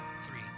three